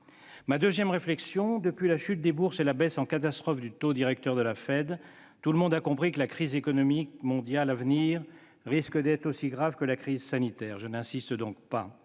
une deuxième réflexion : depuis la chute des bourses et la baisse en catastrophe du taux directeur de la Réserve fédérale américaine, tout le monde a compris que la crise économique mondiale à venir risquait d'être aussi grave que la crise sanitaire, je n'insiste pas.